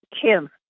Kim